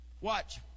Watch